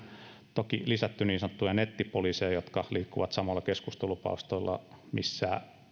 toki lisätty niin sanottuja nettipoliiseja jotka liikkuvat samoilla keskustelupalstoilla millä